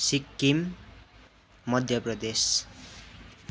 Sikkim Madhya Pradesh